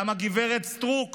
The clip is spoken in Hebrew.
גם גב' סטרוק